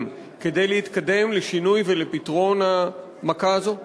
כדי להתקדם לשינוי ולפתרון המכה הזאת?